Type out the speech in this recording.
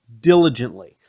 diligently